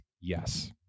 Yes